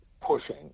Pushing